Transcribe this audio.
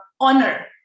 honor